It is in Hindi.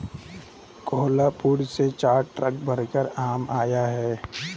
कोहलापुर से चार ट्रक भरकर आम आया है